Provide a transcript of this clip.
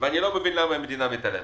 אני לא מבין למה המדינה מתעלמת.